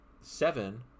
Seven